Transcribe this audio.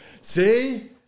see